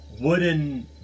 wooden